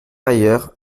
ailleurs